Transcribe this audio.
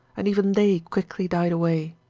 and even they quickly died away.